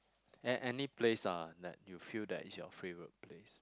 an~ any place ah that you feel that is your favorite place